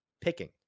picking